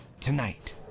Tonight